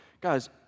Guys